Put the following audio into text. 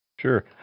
Sure